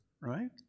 right